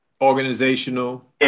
Organizational